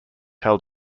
held